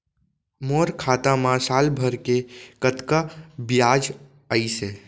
मोर खाता मा साल भर के कतका बियाज अइसे?